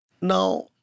Now